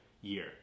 year